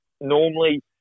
normally